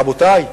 רבותי,